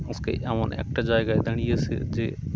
আজকে এমন একটা জায়গায় দাঁড়িয়েছে যে